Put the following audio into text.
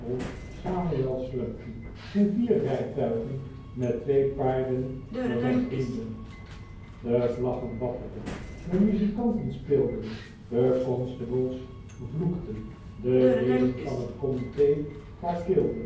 honourable samuel slumkey en vier rijtuigen met twee paarden voor zijn vrienden de vlaggen wapperden de muzikanten speelden de constables vloekten de leden van het comite